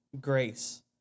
grace